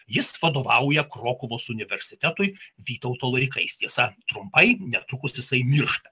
jis vadovauja krokuvos universitetui vytauto laikais tiesa trumpai netrukus jisai miršta